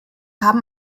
haben